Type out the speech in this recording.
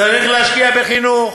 צריך להשקיע בחינוך,